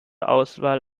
auswahl